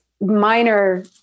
minor